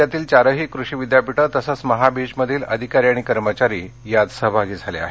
राज्यातील चारही कृषि विद्यापीठं तसंच महाबीजमधील अधिकारी आणि कर्मचारी यात सहभागी झाले आहेत